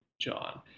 John